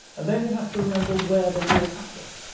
and then you have to remember where the war happened.